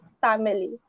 family